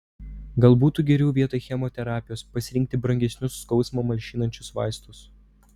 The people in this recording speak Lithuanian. gal būtų geriau vietoj chemoterapijos pasirinkti brangesnius skausmą malšinančius vaistus